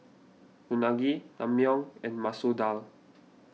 Unagi Naengmyeon and Masoor Dal